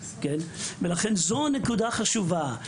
לכן, זוהי נקודה חשובה.